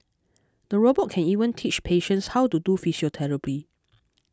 the robot can even teach patients how to do physiotherapy